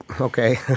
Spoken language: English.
okay